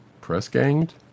press-ganged